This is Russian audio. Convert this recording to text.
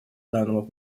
данному